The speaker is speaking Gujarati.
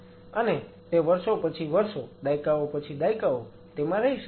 અને તે વર્ષો પછી વર્ષો દાયકાઓ પછી દાયકાઓ તેમાં રહી શકે છે